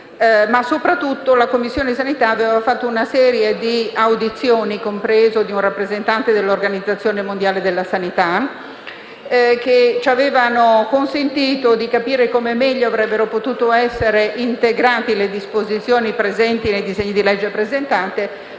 e sanità del Senato aveva svolto una serie di audizioni, compresa quella di un rappresentante dell'Organizzazione mondiale della sanità, che ci avevano consentito di capire come meglio avrebbero potuto essere integrate le disposizioni presenti nel disegno di legge,